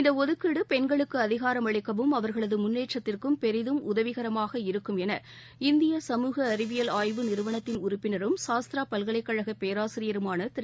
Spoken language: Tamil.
இந்த ஒதுக்கீடு பெண்களுக்கு அதிகாரமளிக்கவும் அவர்களது முன்னேற்றத்திற்கும் பெரிதும் உதவிகரமாக இருக்கும் என இந்திய சமூக அறிவியல் ஆய்வு நிறுவனத்தின் உறுப்பினரும் சாஸ்த்ரா பல்கலைக் கழக பேராசிரியருமான திரு